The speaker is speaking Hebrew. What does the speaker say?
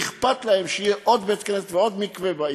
ואכפת להם שיהיה עוד בית-כנסת ועוד מקווה בעיר.